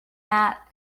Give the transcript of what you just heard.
that